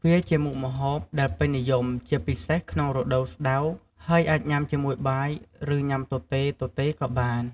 វាជាមុខម្ហូបដែលពេញនិយមជាពិសេសក្នុងរដូវស្តៅ ហើយអាចញ៉ាំជាមួយបាយ ឬញ៉ាំទទេៗក៏បាន។